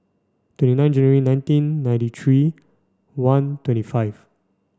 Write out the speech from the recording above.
twenty nine January nineteen ninety three one twenty five